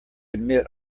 admit